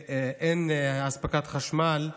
ואין אספקת חשמל.